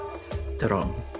strong